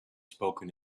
spoken